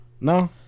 No